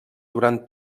durant